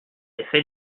effets